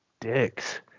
dicks